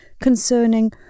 concerning